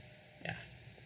ya